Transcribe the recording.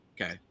okay